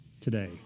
today